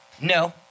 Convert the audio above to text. No